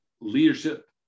Leadership